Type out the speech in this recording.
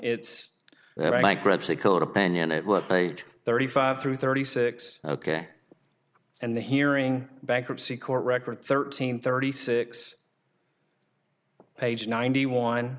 they thirty five through thirty six ok and the hearing bankruptcy court record thirteen thirty six page ninety